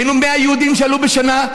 היינו 100 יהודים שעלו בשנה,